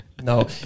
No